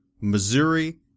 Missouri